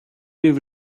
even